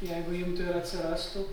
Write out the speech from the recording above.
jeigu imtų ir atsirastų